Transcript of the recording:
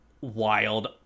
wild